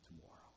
tomorrow